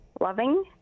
Loving